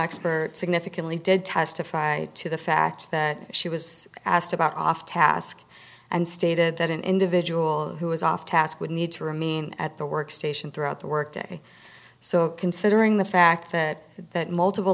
expert significantly did testify to the fact that she was asked about off task and stated that an individual who was off task would need to remain at the workstation throughout the workday so considering the fact that that multiple